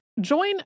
Join